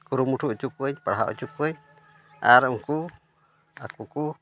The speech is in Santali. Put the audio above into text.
ᱠᱩᱨᱩᱢᱩᱴᱩ ᱦᱚᱪᱚ ᱠᱚᱣᱟᱧ ᱯᱟᱲᱦᱟᱣ ᱦᱚᱪᱚ ᱠᱚᱣᱟᱧ ᱟᱨ ᱩᱱᱠᱩ ᱟᱠᱚ ᱠᱚ